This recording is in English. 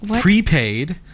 prepaid